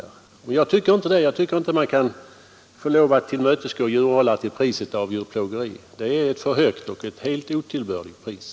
Det tycker inte jag. Man kan inte tillmötesgå djurhållarnas önskemål till priset av djurplågeri. Det är ett för högt och helt otillbörligt pris.